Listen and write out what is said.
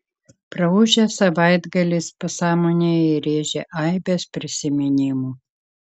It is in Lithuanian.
praūžęs savaitgalis pasąmonėje įrėžė aibes prisiminimų